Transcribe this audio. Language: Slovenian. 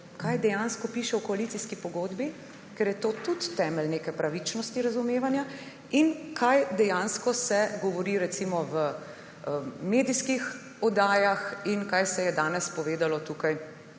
kaj dejansko piše v koalicijski pogodbi, ker je to tudi temelj neke pravičnosti razumevanja, in kaj dejansko se govori recimo v medijskih oddajah in kaj se je danes povedalo tukaj